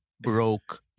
broke